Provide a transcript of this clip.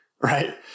Right